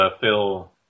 Phil